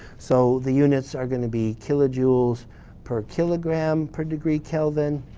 so the units are going to be kilojoules per kilogram per degree kelvin.